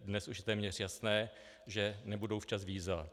Dnes už je téměř jasné, že nebudou včas víza.